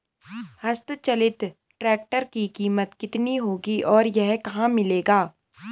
हस्त चलित ट्रैक्टर की कीमत कितनी होगी और यह कहाँ मिलेगा?